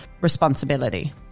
responsibility